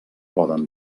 poden